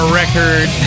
record